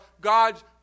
God's